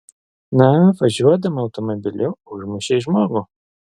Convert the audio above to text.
na važiuodama automobiliu užmušei žmogų